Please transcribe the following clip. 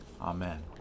Amen